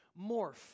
morph